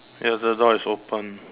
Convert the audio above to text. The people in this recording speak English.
ya the door is open